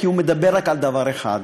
כי הוא מדבר רק על דבר אחד,